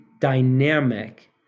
dynamic